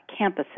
campuses